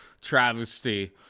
travesty